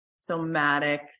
somatic